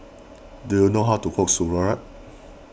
do you know how to cook Sauerkraut